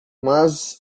mas